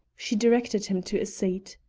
she directed him to a seat.